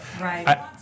Right